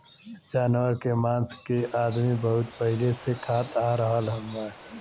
जानवरन के मांस के अदमी बहुत पहिले से खात आ रहल हउवे